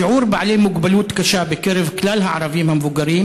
שיעור בעלי מוגבלות קשה בקרב כלל הערבים המבוגרים